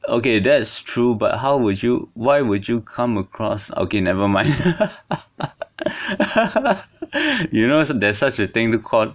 okay that's true but how will you why would you come across okay never mind you know there's such a thing called